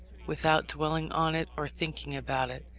without dwelling on it or thinking about it,